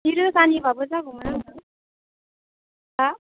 जि रोजानिब्लाबो जागौमोन आंनो हा